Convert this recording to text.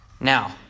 Now